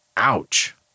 ouch